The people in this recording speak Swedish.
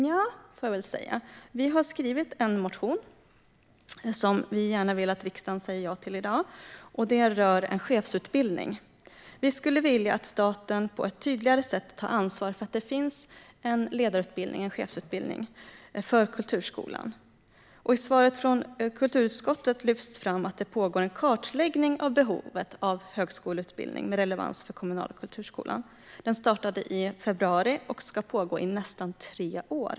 Nja, vi har skrivit en motion som vi gärna vill att riksdagen säger ja till i dag. Det rör en chefsutbildning. Vi skulle vilja att staten på ett tydligare sätt tar ansvar för att det finns en chefsutbildning för kulturskolan. I svaret från kulturutskottet lyfts fram att det pågår en kartläggning av behovet av högskoleutbildning med relevans för den kommunala kulturskolan. Den startade i februari och ska pågå i nästan tre år.